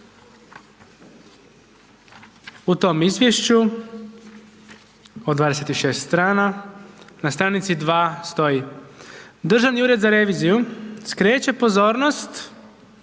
U tom izvješću od 26 strana, na str. 2. stoji, Državni ured za reviziju skreće pozornost